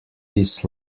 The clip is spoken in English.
this